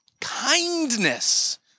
kindness